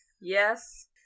Yes